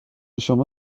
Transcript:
شما